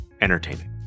entertaining